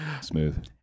smooth